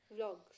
Vlogs